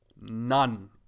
none